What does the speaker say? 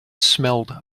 smelled